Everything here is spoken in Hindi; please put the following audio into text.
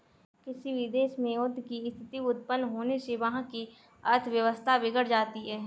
किसी भी देश में युद्ध की स्थिति उत्पन्न होने से वहाँ की अर्थव्यवस्था बिगड़ जाती है